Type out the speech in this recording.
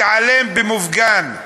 מתעלם במופגן,